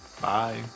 Bye